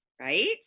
Right